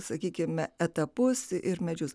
sakykime etapus ir medžius